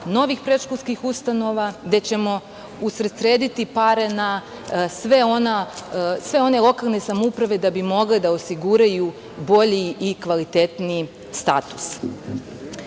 novih predškolskih ustanova, gde ćemo usredsrediti pare na sve one lokalne samouprave da bi mogle da osiguraju bolji i kvalitetniji status. Sve